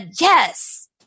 Yes